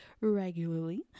regularly